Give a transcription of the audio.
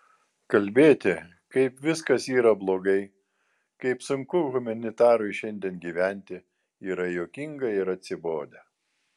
kalbėti kaip viskas yra blogai kaip sunku humanitarui šiandien gyventi yra juokinga ir atsibodę